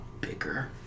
bigger